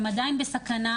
הן עדיין בסכנה,